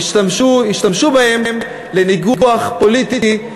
ישתמשו בהן לניגוח פוליטי,